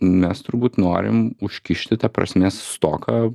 mes turbūt norim užkišti tą prasmės stoką